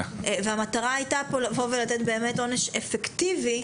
והמטרה הייתה לתת עונש אפקטיבי,